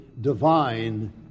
divine